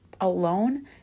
alone